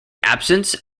absence